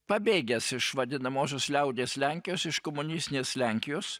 pabėgęs iš vadinamosios liaudies lenkijos iš komunistinės lenkijos